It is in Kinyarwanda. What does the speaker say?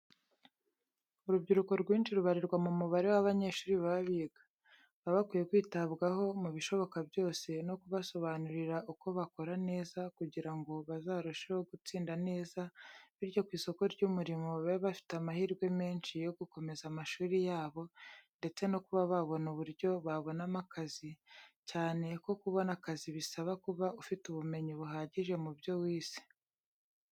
Urubyiruko rwinshi rubarirwa mu mubare w'abanyeshuri baba biga. Baba bakwiye kwitabwaho mu bishoboka byose no kubasobanurira uko bakora neza kugira ngo bazarusheho gutsinda neza, bityo ku isoko ry'umurimo babe bafite amahirwe menshi yo gukomeza amashuri yabo ndetse no kuba babona uburyo babonamo akazi, cyane ko kubona akazi bisaba kuba ufite ubumenyi buhagije mu byo wize.